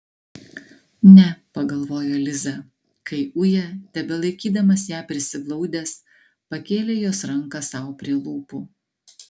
ne pagalvojo liza kai uja tebelaikydamas ją prisiglaudęs pakėlė jos ranką sau prie lūpų